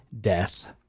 death